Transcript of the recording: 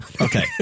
Okay